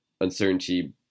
uncertainty